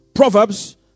Proverbs